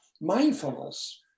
mindfulness